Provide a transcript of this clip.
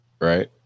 Right